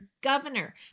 Governor